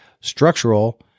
structural